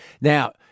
Now